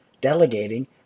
delegating